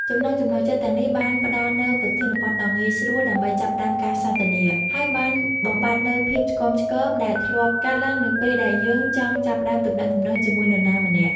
ចំណង់ចំណូលចិត្តទាំងនេះបានផ្តល់នូវប្រធានបទដ៏ងាយស្រួលដើម្បីចាប់ផ្តើមការសន្ទនា ហើយបានបំបាត់នូវភាពឆ្គាំឆ្គងដែលធ្លាប់កើតឡើងនៅពេលដែលយើងចង់ចាប់ផ្តើមទំនាក់ទំនងជាមួយនរណាម្នាក់។